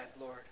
Lord